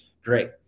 Great